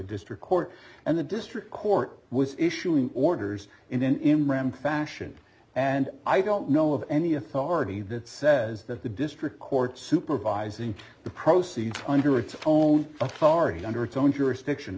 district court and the district court was issuing orders in memphis action and i don't know of any authority that says that the district court supervising the proceedings under its own authority under its own jurisdiction